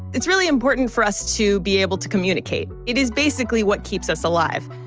it's really important for us to be able to communicate. it is basically what keeps us alive.